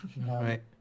Right